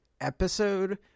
episode